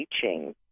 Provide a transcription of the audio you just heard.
teaching